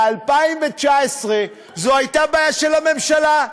ב-2019 זו הייתה בעיה של הממשלה,